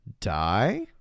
Die